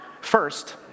first